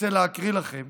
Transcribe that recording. ארצה להקריא לכם